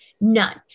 none